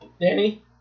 Danny